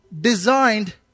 designed